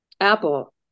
apple